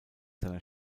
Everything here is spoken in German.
seiner